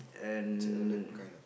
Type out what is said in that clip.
and